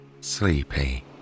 sleepy